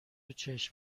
چشم